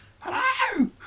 Hello